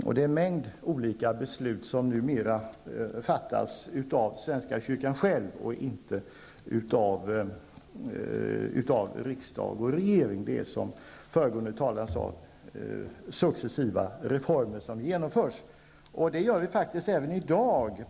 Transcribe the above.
Och det är en mängd olika beslut som numera fattas av svenska kyrkan själv och inte av riksdag och regering. Som föregående talare sade genomförs successiva reformer.